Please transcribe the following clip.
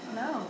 no